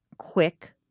Quick